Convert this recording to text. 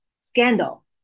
scandal